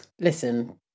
Listen